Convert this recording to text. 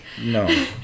No